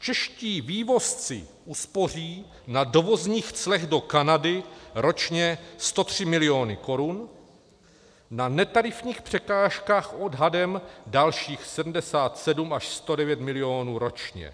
Čeští vývozci uspoří na dovozních clech do Kanady ročně 103 miliony korun, na netarifních překážkách odhadem dalších 77 až 109 milionů ročně.